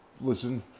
listen